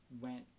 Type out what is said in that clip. went